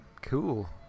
cool